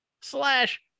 slash